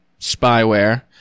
spyware